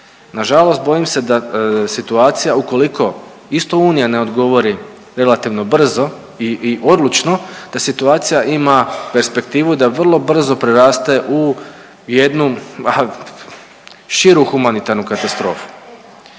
nažalost bojim se da situacija ukoliko isto unija ne odgovori relativno brzo i odlučno, da situacija ima perspektivu da vrlo brzo preraste u jednu širu humanitarnu katastrofu.